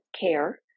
care